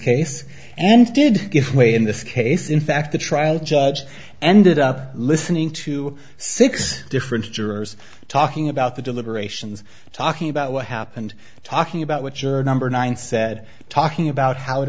case and did give way in this case in fact the trial judge ended up listening to six different jurors talking about the deliberations talking about what happened talking about what are nine said talking about how it